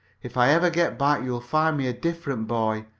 if i ever get back you'll find me a different boy,